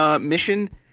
mission